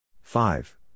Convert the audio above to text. Five